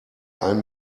ein